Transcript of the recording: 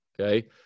Okay